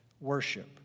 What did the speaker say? worship